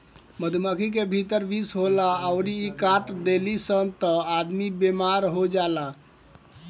मधुमक्खी के भीतर विष होखेला अउरी इ काट देली सन त आदमी बेमार हो जाला